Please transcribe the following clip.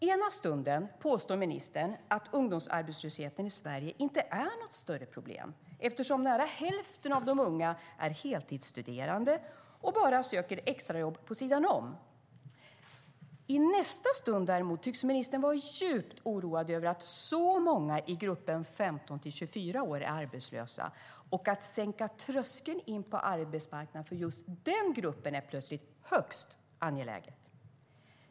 Ena stunden påstår ministern att ungdomsarbetslösheten i Sverige inte är något större problem eftersom nära hälften av de unga är heltidsstuderande och bara söker extrajobb vid sidan om. I nästa stund däremot tycks ministern vara djupt oroad över att så många i gruppen 15-24 år är arbetslösa, och att sänka tröskeln in på arbetsmarknaden för just den gruppen är plötsligt högst angeläget.